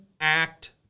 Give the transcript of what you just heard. act